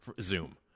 Zoom